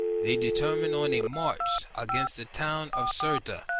they determined on a march against the town of cirta,